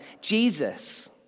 Jesus